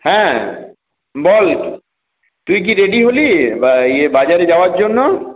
হ্যাঁ বল তুই কি রেডি হলি বা ইয়ে বাজারে যাওয়ার জন্য